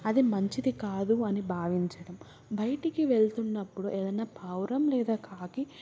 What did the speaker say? అది మంచిది కాదు అని భావించడం బయటికి వెళుతున్నప్పుడు ఏదన్న పావురం లేదా కాకి